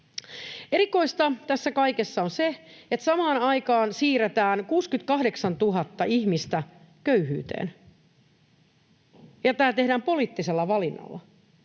Erikoista tässä kaikessa on se, että samaan aikaan siirretään 68 000 ihmistä köyhyyteen, ja tämä tehdään poliittisella valinnalla.